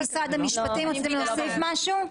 משרד המשפטים, רוצה להגיד משהו?